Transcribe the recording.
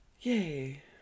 Yay